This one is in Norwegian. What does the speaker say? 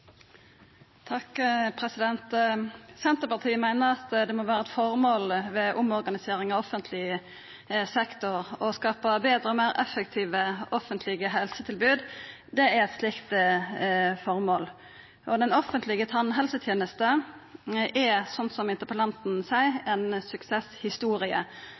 må vera eit formål med omorganiseringa av offentleg sektor å skapa betre og meir effektive offentlege helsetilbod. Det er eit slikt formål. Den offentlege tannhelsetenesta er, som interpellanten seier,